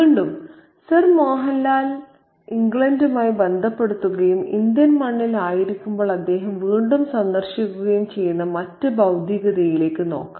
വീണ്ടും സർ മോഹൻലാൽ ഇംഗ്ലണ്ടുമായി ബന്ധപ്പെടുത്തുകയും ഇന്ത്യൻ മണ്ണിൽ ആയിരിക്കുമ്പോൾ അദ്ദേഹം വീണ്ടും സന്ദർശിക്കുകയും ചെയ്യുന്ന മറ്റ് ഭൌതികതയിലേക്ക് നോക്കാം